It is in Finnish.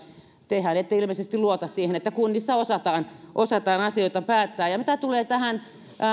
tehän ette ilmeisesti luota siihen että kunnissa osataan osataan asioita päättää mitä tulee näihin